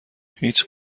هیچ